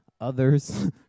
others